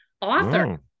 author